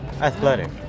Athletic